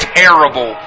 terrible